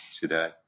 today